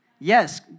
Yes